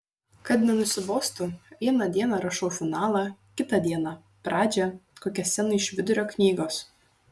kad nenusibostų vieną dieną rašau finalą kitą dieną pradžią kokią sceną iš vidurio knygos